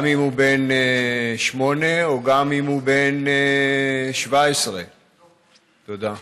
גם אם הוא בן 8 וגם אם הוא בן 17. תודה.